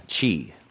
chi